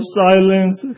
silence